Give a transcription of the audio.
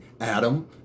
Adam